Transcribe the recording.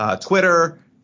Twitter